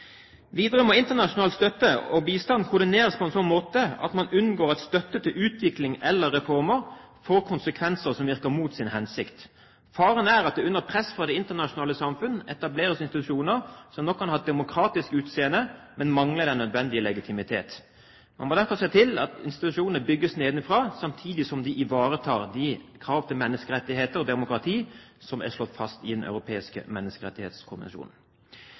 Videre må internasjonal støtte og bistand koordineres på en slik måte at man unngår at støtte til utvikling eller reformer får konsekvenser som virker mot sin hensikt. Faren er at det under press fra det internasjonale samfunn etableres institusjoner som nok kan ha et demokratisk utseende, men som mangler den nødvendige legitimitet. Man må derfor se til at institusjonene bygges nedenfra, samtidig som de ivaretar de krav til menneskerettigheter og demokrati som er slått fast i Den europeiske